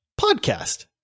podcast